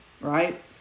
right